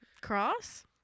Cross